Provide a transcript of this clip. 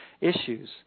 issues